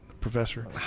professor